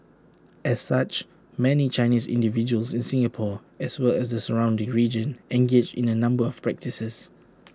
as such many Chinese individuals in Singapore as well as the surrounding region engage in A number of practices